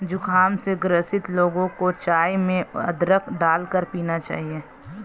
जुखाम से ग्रसित लोगों को चाय में अदरक डालकर पीना चाहिए